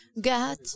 God